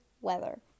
weather